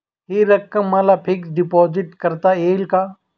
हि रक्कम मला फिक्स डिपॉझिट करता येईल का?